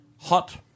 Hot